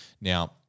now